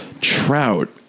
Trout